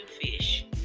fish